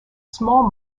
small